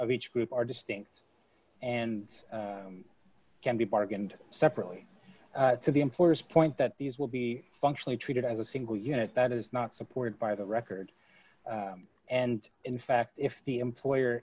of each group are distinct and can be bargained separately to the employer's point that these will be functionally treated as a single unit that is not supported by the record and in fact if the employer